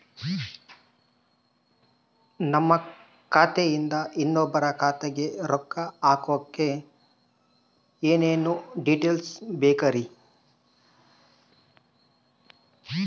ನಮ್ಮ ಖಾತೆಯಿಂದ ಇನ್ನೊಬ್ಬರ ಖಾತೆಗೆ ರೊಕ್ಕ ಹಾಕಕ್ಕೆ ಏನೇನು ಡೇಟೇಲ್ಸ್ ಬೇಕರಿ?